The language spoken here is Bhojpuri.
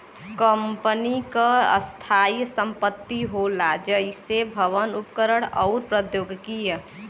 कंपनी क स्थायी संपत्ति होला जइसे भवन, उपकरण आउर प्रौद्योगिकी